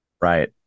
Right